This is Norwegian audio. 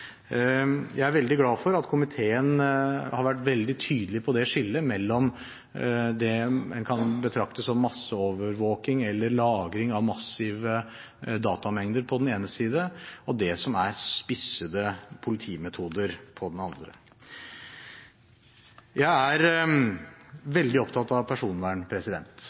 Jeg er veldig glad for at komiteen har vært veldig tydelig på skillet mellom det en kan betrakte som masseovervåking eller lagring av massive datamengder, på den ene side og det som er spissede politimetoder, på den annen. Jeg er veldig opptatt av personvern.